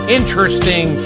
interesting